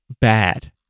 bad